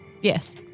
Yes